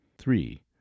Three